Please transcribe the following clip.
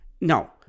No